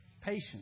Patience